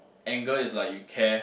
anger is like you care